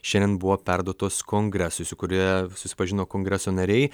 šiandien buvo perduotos kongresui su kuriuo susipažino kongreso nariai